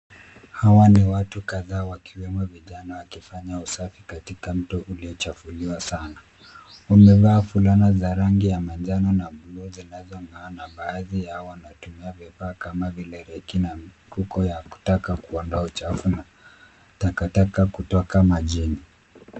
Hawa ni watu kadhaa wakiwemo vijana wakifanya usafi katika mto uliochafuliwa sana. Wamevaa fulana za rangi ya manjano na bluu zinazong'aa na baadhi yao wanatumia vifaa kama vile reki na mifuko ya kutaka kuondoa uchafu na takataka kutika majini.